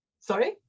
Sorry